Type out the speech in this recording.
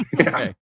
okay